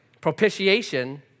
propitiation